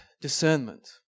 discernment